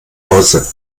hause